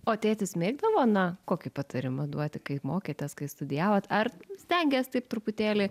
o tėtis mėgdavo na kokį patarimą duoti kai mokėtės kai studijavot ar stengės taip truputėlį